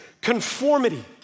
conformity